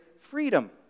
freedom